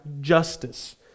justice